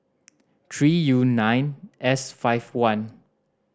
three U nine S five one